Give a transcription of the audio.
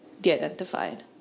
de-identified